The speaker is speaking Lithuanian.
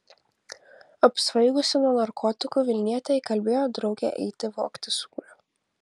apsvaigusi nuo narkotikų vilnietė įkalbėjo draugę eiti vogti sūrio